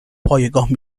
پایگاه